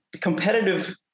competitive